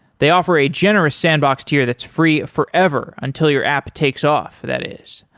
they offer a generous sandbox tier that's free forever until your app takes off, that is.